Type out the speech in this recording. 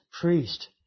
priest